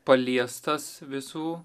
paliestas visų